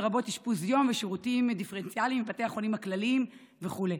לרבות אשפוז יום ושירותים דיפרנציאליים בבתי החולים הכלליים וכו'.